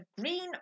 green